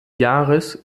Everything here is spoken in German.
jahres